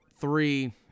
Three